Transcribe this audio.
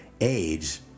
age